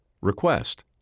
request